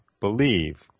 believe